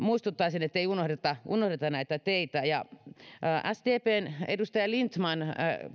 muistuttaisin että ei unohdeta unohdeta näitä teitä sdpn edustaja lindtman